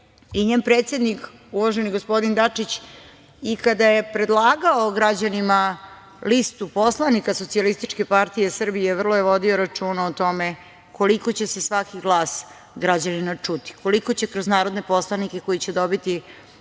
i njen predsednik uvaženi gospodin Dačić, kada je predlagao građanima listu poslanika SPS, vrlo je vodio računa o tome koliko će se svaki glas građanina čuti, koliko će kroz narodne poslanike koji će dobiti